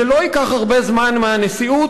זה לא ייקח הרבה זמן מהנשיאות,